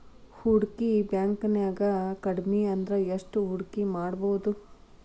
ಹೂಡ್ಕಿ ಬ್ಯಾಂಕ್ನ್ಯಾಗ್ ಕಡ್ಮಿಅಂದ್ರ ಎಷ್ಟ್ ಹೂಡ್ಕಿಮಾಡ್ಬೊದು?